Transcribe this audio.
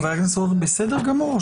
חבר הכנסת רוטמן, בסדר גמור.